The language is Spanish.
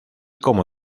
como